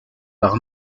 par